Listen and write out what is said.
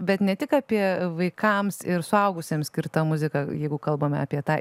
bet ne tik apie vaikams ir suaugusiems skirtą muziką jeigu kalbam apie tą